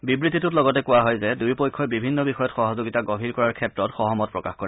বিবৃতিটোত লগতে কোৱা হয় যে দুয়ো পক্ষই বিভিন্ন বিষয়ত সহযোগীতা গভীৰ কৰাৰ ক্ষেত্ৰত সহমত প্ৰকাশ কৰে